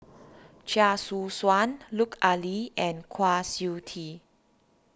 Chia Choo Suan Lut Ali and Kwa Siew Tee